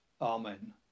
Amen